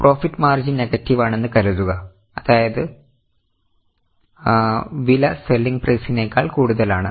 profit margin negative ആണെന്ന് കരുതുക അതായത് വില സെല്ലിങ് പ്രൈസിനെക്കാൾ കൂടുതലാണ്